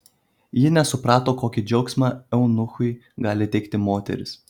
ji nesuprato kokį džiaugsmą eunuchui gali teikti moterys